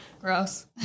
Gross